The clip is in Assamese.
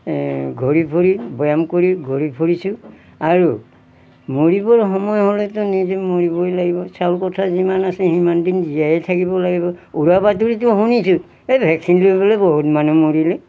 ঘুৰি ফুৰি বৈয়াম কৰি ঘুৰি ফুৰিছোঁ আৰু মৰিবৰ সময় হ'লেতো নিজে মৰিবই লাগিব চাউল কথা যিমান আছে সিমান দিন জীয়াইে থাকিব লাগিব উৰা বাতৰিটো শুনিছোঁ এই ভেকচিন লৈ বোলে বহুত মানুহ মৰিলে